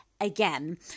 again